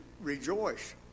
rejoice